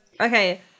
Okay